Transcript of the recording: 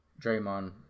Draymond